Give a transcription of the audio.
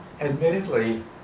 admittedly